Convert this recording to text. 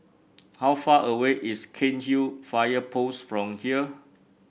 how far away is Cairnhill Fire Post from here